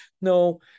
No